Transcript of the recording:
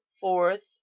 fourth